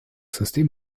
system